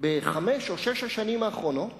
בחמש או שש השנים האחרונות